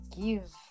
give